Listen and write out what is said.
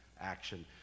action